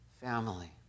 family